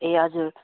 ए हजुर